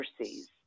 overseas